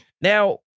Now